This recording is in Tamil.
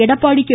எடப்பாடி கே